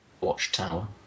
watchtower